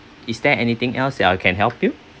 is there anything else that I can help you